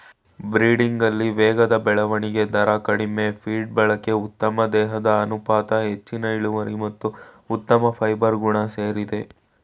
ಬ್ರೀಡಿಂಗಲ್ಲಿ ವೇಗದ ಬೆಳವಣಿಗೆ ದರ ಕಡಿಮೆ ಫೀಡ್ ಬಳಕೆ ಉತ್ತಮ ದೇಹದ ಅನುಪಾತ ಹೆಚ್ಚಿನ ಇಳುವರಿ ಮತ್ತು ಉತ್ತಮ ಫೈಬರ್ ಗುಣ ಸೇರಿದೆ